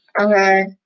Okay